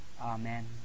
Amen